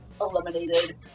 eliminated